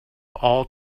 all